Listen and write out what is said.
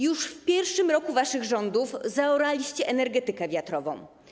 Już w pierwszym roku waszych rządów zaoraliście energetykę wiatrową.